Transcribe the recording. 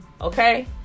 Okay